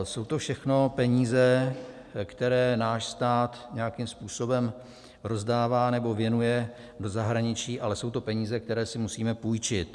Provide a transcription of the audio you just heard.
Jsou to všechno peníze, které náš stát nějakým způsobem rozdává nebo věnuje do zahraničí, ale jsou to peníze, které si musíme půjčit.